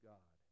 God